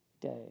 day